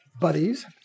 buddies